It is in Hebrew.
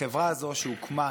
החברה הזו הוקמה,